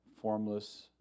formless